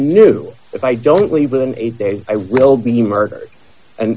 knew if i don't leave within eight days i will be murders and